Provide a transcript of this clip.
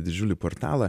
didžiulį portalą